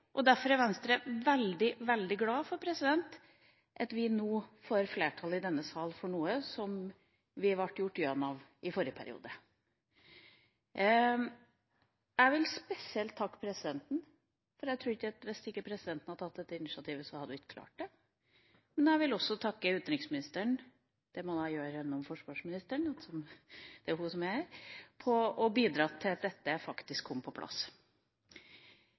og derfor er Venstre veldig, veldig glad for at vi nå får flertall i denne sal for noe det ble drevet gjøn med i forrige periode. Jeg vil spesielt takke presidenten. Jeg tror at hvis ikke presidenten hadde tatt dette initiativet, hadde vi ikke klart å få det til. Jeg vil også takke utenriksministeren – det må jeg gjøre gjennom forsvarsministeren, det er hun som er her – for å ha bidratt til at dette faktisk kommer på plass.